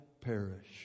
perish